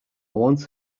want